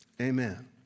Amen